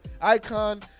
icon